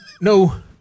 No